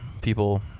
people